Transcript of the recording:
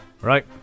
Right